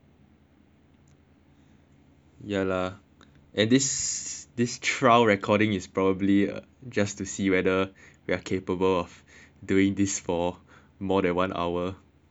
ya lah and this this trial recording is probably just to see whether we are capable of doing this for more than one hour